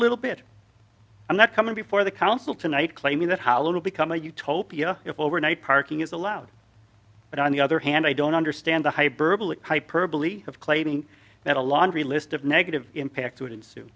little bit i'm not coming before the council tonight claiming that hollow will become a utopia overnight parking is allowed but on the other hand i don't understand the hyperbole hyperbole of claiming that a laundry list of negative impacts would ensue